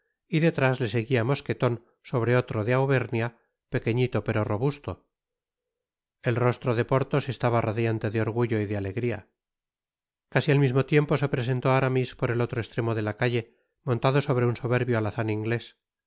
y detrás le seguia mosqueton sobre otro de auvernia pequeñito pero robusto et rostro de portaos estaba radiante de orgullo y de alegria casi al mismo tiempo sé presentó aramis por el otro estremo de la calle montado sobre un soberbio alazan inglés